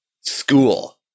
school